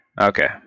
okay